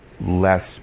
less